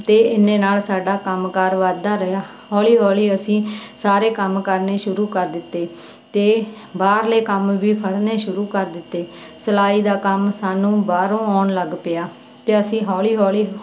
ਅਤੇ ਇੰਨੇ ਨਾਲ ਸਾਡਾ ਕੰਮ ਕਾਰ ਵਧਦਾ ਰਿਹਾ ਹੌਲੀ ਹੌਲੀ ਅਸੀਂ ਸਾਰੇ ਕੰਮ ਕਰਨੇ ਸ਼ੁਰੂ ਕਰ ਦਿੱਤੇ ਅਤੇ ਬਾਹਰਲੇ ਕੰਮ ਵੀ ਫੜਨੇ ਸ਼ੁਰੂ ਕਰ ਦਿੱਤੇ ਸਿਲਾਈ ਦਾ ਕੰਮ ਸਾਨੂੰ ਬਾਹਰੋਂ ਆਉਣ ਲੱਗ ਪਿਆ ਅਤੇ ਅਸੀਂ ਹੌਲੀ ਹੌਲੀ